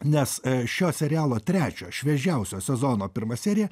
nes šio serialo trečio šviežiausio sezono pirma serija